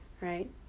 Right